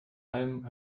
alm